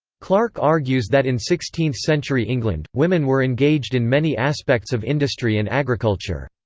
clark argues that in sixteenth century england, women were engaged in many aspects of industry and agriculture.